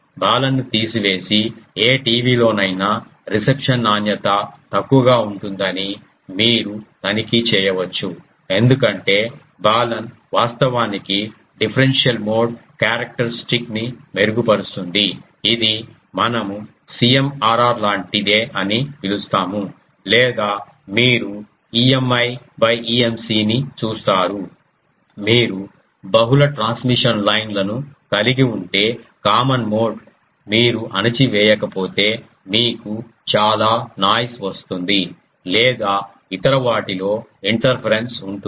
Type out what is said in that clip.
బాలన్ను తీసివేసి ఏ టీవీలోనైనా రిసెప్షన్ నాణ్యత తక్కువగా ఉంటుందని మీరు తనిఖీ చేయవచ్చు ఎందుకంటే బాలన్ వాస్తవానికి డిఫరెన్షియల్ మోడ్ క్యారెక్టర్స్టిక్ ని మెరుగుపరుస్తుంది ఇది మనము CMRR లాంటిదే అని పిలుస్తాము లేదా మీరు EMI EMC ని చూస్తారు మీరు బహుళ ట్రాన్స్మిషన్ లైన్ లను కలిగి ఉంటే కామన్ మోడ్ మీరు అణచి వేయకపోతే మీకు చాలా నాయిస్ వస్తుంది లేదా ఇతర వాటిలో ఇంటర్పరెన్స్ ఉంటుంది